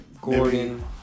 Gordon